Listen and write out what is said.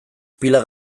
pila